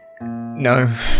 No